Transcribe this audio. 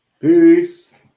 Peace